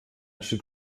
stück